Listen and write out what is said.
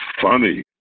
funny